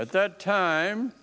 at that time